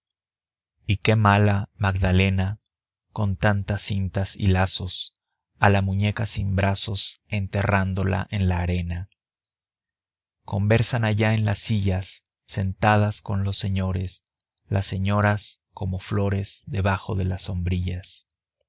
y qué mala magdalena con tantas cintas y lazos a la muñeca sin brazos enterrándola en la arena conversan allá en las sillas sentadas con los señores las señoras como flores debajo de las sombrillas